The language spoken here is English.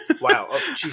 Wow